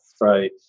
right